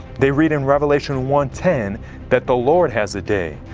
they read in revelation one ten that the lord has a day.